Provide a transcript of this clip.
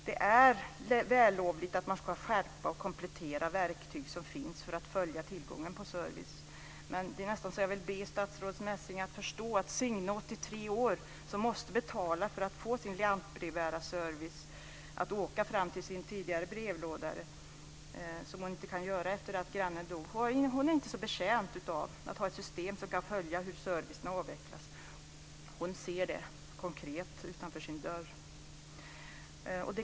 Det är vällovligt att man ska skärpa och komplettera de verktyg som finns för att följa tillgången på service. Men jag vill nästan be statsrådet att förstå att Signe, 83 år, som måste betala för att få sin lantbrevbärare att åka fram till hennes brevlåda, vilket hon inte kan göra sedan grannen dog, inte är så betjänt av att ha ett system som kan följa hur servicen avvecklas. Hon ser det konkret utanför sin dörr.